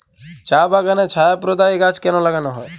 চা বাগানে ছায়া প্রদায়ী গাছ কেন লাগানো হয়?